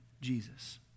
Jesus